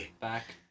back